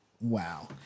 wow